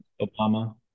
Obama